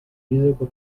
musical